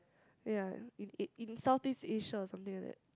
ya in in in Southeast Asia or something like that